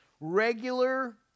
regular